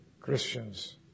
Christians